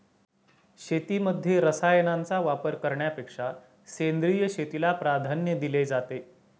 शेतीमध्ये रसायनांचा वापर करण्यापेक्षा सेंद्रिय शेतीला प्राधान्य दिले जाते